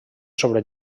sobre